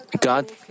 God